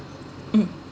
mm